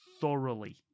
thoroughly